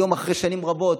היום אחרי שנים רבות